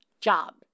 job